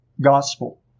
gospel